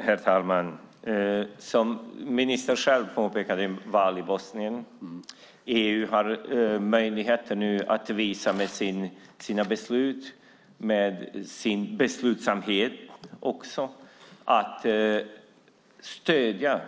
Herr talman! Som ministern sade är det val i Bosnien. EU har nu möjlighet att visa sin beslutsamhet och stödja